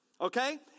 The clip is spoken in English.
Okay